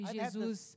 Jesus